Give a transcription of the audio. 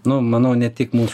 nu manau ne tik mūs